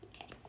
Okay